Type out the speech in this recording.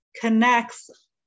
connects